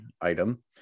item